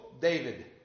David